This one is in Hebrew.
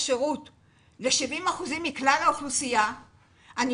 השירות ל- 70% מכלל האוכלוסייה בכובע הזה,